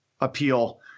appeal